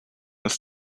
ist